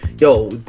yo